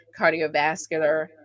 cardiovascular